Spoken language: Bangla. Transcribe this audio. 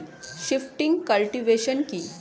শিফটিং কাল্টিভেশন কি?